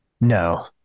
no